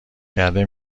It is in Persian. کرده